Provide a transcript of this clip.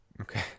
Okay